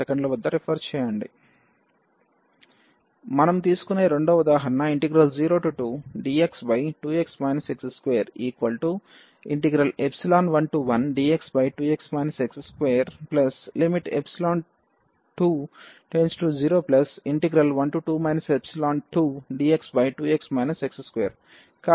మనము తీసుకునే రెండవ ఉదాహరణ 02dx2x x211dx2x x2 2012 2dx2x x2